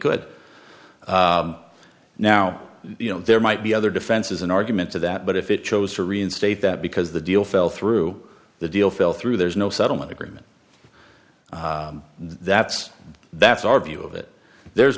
could now you know there might be other defenses an argument to that but if it chose to reinstate that because the deal fell through the deal fell through there's no settlement agreement that's that's our view of it there's